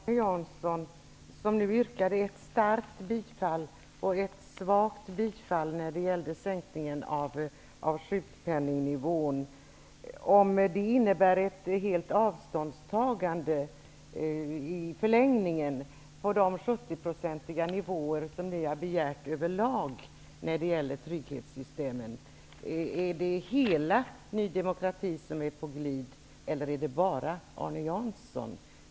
Herr talman! Arne Jansson yrkade ett starkt bifall och ett svagt bifall till förslaget om sjukpenningnivån. Jag skulle vilja fråga Arne Jansson om det innebär i förlängningen ett helt avståndstagande från de 70-procentiga nivåer som ni har begärt över lag när det gäller trygghetssystemen. Är hela Ny demokrati på glid, eller är det bara Arne Jansson?